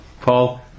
Paul